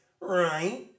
Right